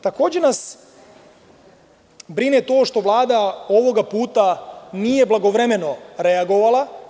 Takođe nas brine to što Vlada ovoga puta nije blagovremeno reagovala.